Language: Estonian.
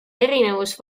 erinevus